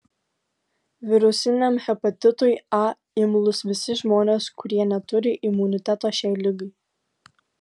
virusiniam hepatitui a imlūs visi žmonės kurie neturi imuniteto šiai ligai